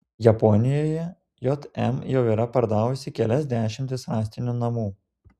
japonijoje jm jau yra pardavusi kelias dešimtis rąstinių namų